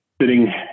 sitting